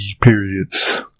periods